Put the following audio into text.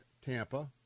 Tampa